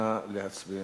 נא להצביע.